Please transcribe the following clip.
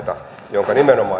jonka